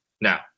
now